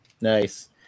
Nice